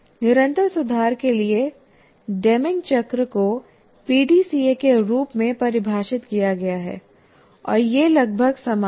निरंतर सुधार के लिए डेमिंग चक्र को पीडीसीए के रूप में परिभाषित किया गया है और यह लगभग समान है